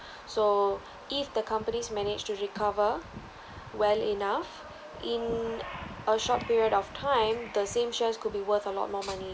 so if the companies managed to recover well enough in a short period of time the same shares could be worth a lot more money